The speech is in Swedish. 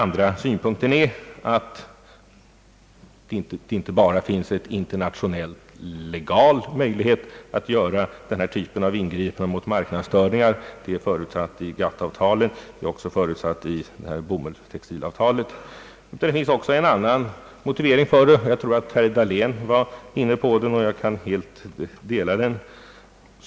Vidare vill jag framhålla att det inte bara finns en internationellt legal möjlighet att göra denna typ av ingripanden mot marknadstörningar — det är förutsatt i GATT-avtalet och i bomullstextilavtalet — utan det finns också en annan motivering. Jag tror att herr Dahlén var inne på den, och jag kan helt dela den.